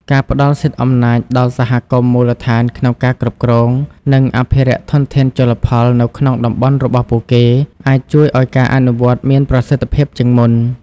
ការផ្ដល់សិទ្ធិអំណាចដល់សហគមន៍មូលដ្ឋានក្នុងការគ្រប់គ្រង និងអភិរក្សធនធានជលផលនៅក្នុងតំបន់របស់ពួកគេ អាចជួយឱ្យការអនុវត្តមានប្រសិទ្ធភាពជាងមុន។